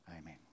Amen